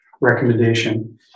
recommendation